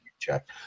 check